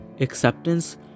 acceptance